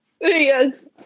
Yes